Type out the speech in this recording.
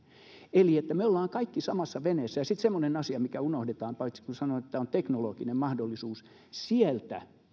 eli että me olemme kaikki samassa veneessä ja sitten semmoinen asia mikä unohdetaan kun sanotaan että tämä on teknologinen mahdollisuus siellä